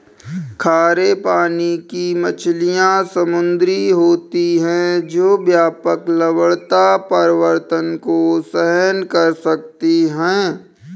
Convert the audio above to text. खारे पानी की मछलियाँ समुद्री होती हैं जो व्यापक लवणता परिवर्तन को सहन कर सकती हैं